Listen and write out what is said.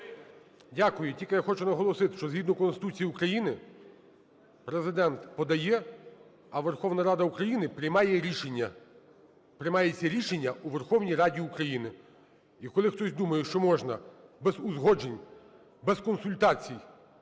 Дякую. Тільки я хочу наголосити, що згідно Конституції України Президент подає, а Верховна Рада України приймає рішення, приймає це рішення у Верховній Раді України. І колись хтось думає, що можна без узгоджень, без консультацій